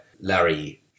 Larry